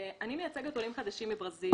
מייצגת עולים חדשים מברזיל.